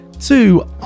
Two